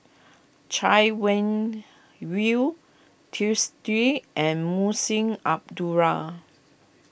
Chay Weng Yew Twisstii and Munshi Abdullah